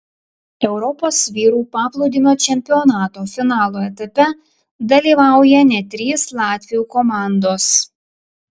europos vyrų paplūdimio čempionato finalo etape dalyvauja net trys latvių komandos